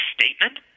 statement